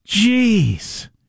Jeez